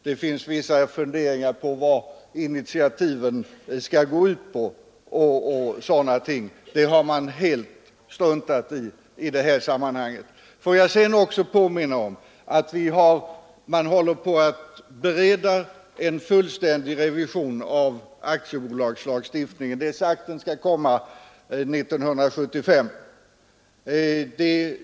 Det finns vissa funderingar på vad initiativen skall gå ut på. I det här sammanhanget har man helt struntat i det. Får jag sedan också påminna om att man förbereder en fullständig revision av aktiebolagslagstiftningen. Det är sagt att den skall komma år 1975.